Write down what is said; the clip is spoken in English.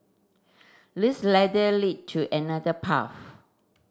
this ladder lead to another path